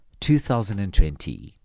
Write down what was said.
2020